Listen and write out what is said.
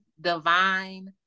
divine